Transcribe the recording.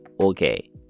okay